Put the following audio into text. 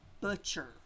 butcher